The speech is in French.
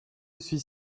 suis